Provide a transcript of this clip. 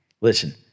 Listen